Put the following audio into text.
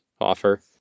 offer